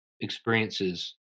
experiences